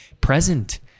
present